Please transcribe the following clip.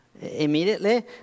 immediately